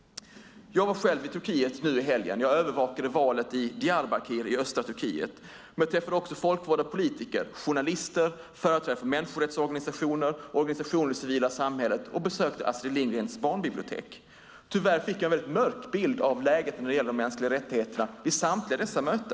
Jag var själv i Turkiet nu i helgen. Jag övervakade valet i Diyarbakir i östra Turkiet. Jag träffade också folkvalda politiker, journalister och företrädare för människorättsorganisationer och organisationer i det civila samhället. Jag besökte även Astrids Lindgrens barnbibliotek. Vid samtliga dessa möten fick jag tyvärr en väldigt mörk bild av läget när det gäller de mänskliga rättigheterna.